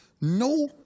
no